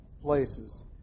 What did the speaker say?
places